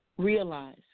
realize